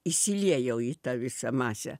įsiliejau į tą visą masę